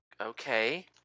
okay